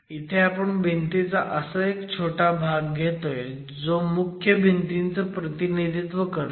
इथे आपण भिंतींचा असा एक छोटा भाग घेतोय जो मुख्य भिंतीचं प्रतिनिधित्व करतो